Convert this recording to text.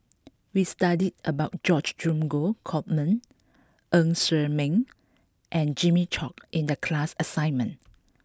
We studied about George Dromgold Coleman Ng Ser Miang and Jimmy Chok in the class assignment